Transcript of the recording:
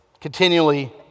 continually